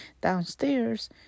downstairs